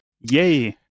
Yay